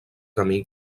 camí